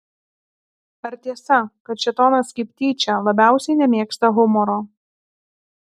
ar tiesa kad šėtonas kaip tyčia labiausiai nemėgsta humoro